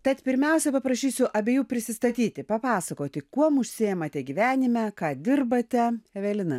tad pirmiausia paprašysiu abiejų prisistatyti papasakoti kuom užsiimate gyvenime ką dirbate evelina